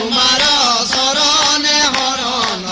da da da da da da